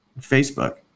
Facebook